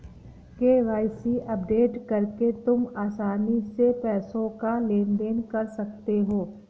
KYC update करके तुम आसानी से पैसों का लेन देन कर सकते हो